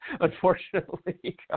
Unfortunately